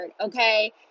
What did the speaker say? okay